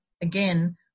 again